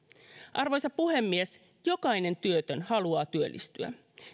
arvoisa puhemies jokainen työtön haluaa työllistyä